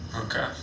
okay